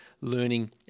learning